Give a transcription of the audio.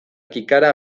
kikara